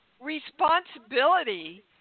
responsibility